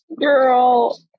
girl